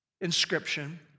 inscription